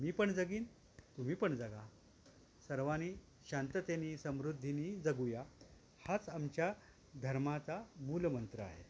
मी पण जगीन तुम्ही पण जगा सर्वांनी शांततेनी समृद्धीनी जगूया हाच आमच्या धर्माचा मूल मंत्र आहे